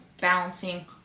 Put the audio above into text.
balancing